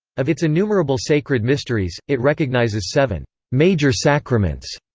of its innumerable sacred mysteries, it recognises seven major sacraments,